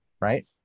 right